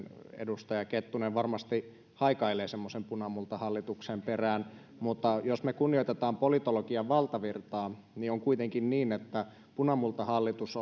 edustaja kettunen varmasti haikailee semmoisen punamultahallituksen perään mutta jos me kunnioitamme politologian valtavirtaa on kuitenkin niin että punamultahallitus